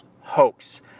hoax